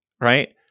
right